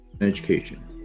education